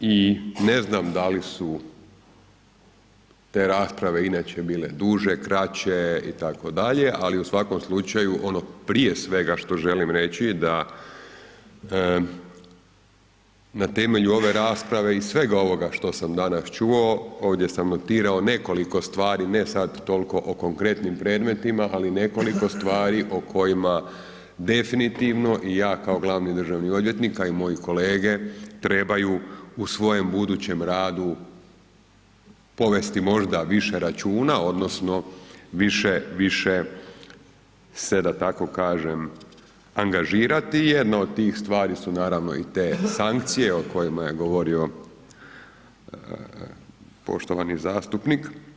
I ne znam da li su te rasprave inače bile duže, kraće itd., ali u svakom slučaju ono prije svega što želim reći da na temelju ove rasprave i svega ovoga što sam danas čuo, ovdje sam notirao nekoliko stvari, ne sad toliko o konkretnim predmetima, ali nekoliko stvari o kojima definitivno i ja kao glavni državni odvjetnik a i moji kolege, trebaju u svojem budućem radu povesti možda više računa odnosno više se da tako kažem angažirati, jedna od tih stvari su naravno i te sankcije o kojima je govorio poštovani zastupnik.